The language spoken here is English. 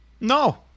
No